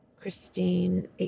Christine